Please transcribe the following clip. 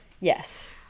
yes